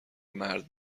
مرد